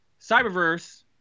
Cyberverse